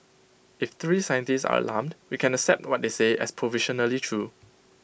if three scientists are alarmed we can accept what they say as provisionally true